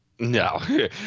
No